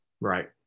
Right